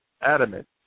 adamant